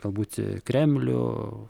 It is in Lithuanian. galbūt kremlių